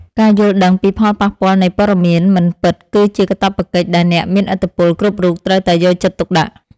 ការយល់ដឹងពីផលប៉ះពាល់នៃព័ត៌មានមិនពិតគឺជាកាតព្វកិច្ចដែលអ្នកមានឥទ្ធិពលគ្រប់រូបត្រូវតែយកចិត្តទុកដាក់។